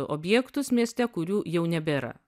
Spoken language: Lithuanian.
objektus mieste kurių jau nebėra